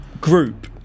Group